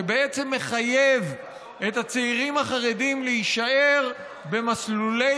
שבעצם מחייב את הצעירים החרדים להישאר במסלולי